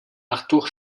arthur